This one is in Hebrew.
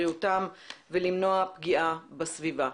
בריאותם ומניעה של פגיעה בסביבה.